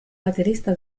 baterista